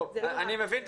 אני מבין את